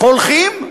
הולכים?